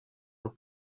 eau